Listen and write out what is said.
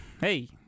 hey